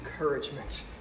encouragement